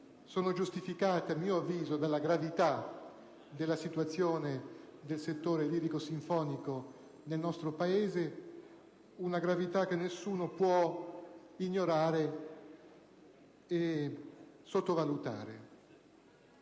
sono giustificate, a mio avviso, dalla gravità della situazione nel settore lirico-sinfonico del nostro Paese: una gravità che nessuno può ignorare e sottovalutare.